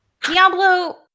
Diablo